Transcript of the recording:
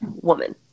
woman